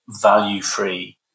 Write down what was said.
value-free